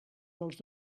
dels